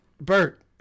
Bert